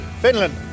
Finland